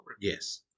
Yes